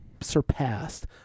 surpassed